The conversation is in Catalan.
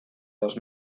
dos